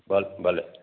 भ भले